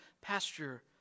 pasture